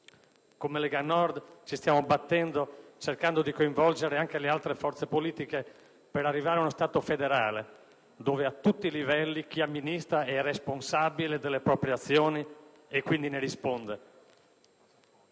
Come Lega Nord ci stiamo battendo, cercando di coinvolgere anche le altre forze politiche per arrivare a uno Stato federale, dove a tutti i livelli chi amministra è responsabile delle proprie azioni e quindi ne risponde.